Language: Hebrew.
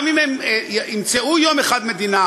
גם אם הם ימצאו יום אחד מדינה,